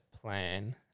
plan